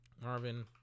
Marvin